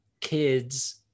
kids